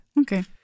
Okay